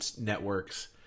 networks